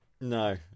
No